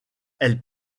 elle